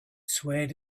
swayed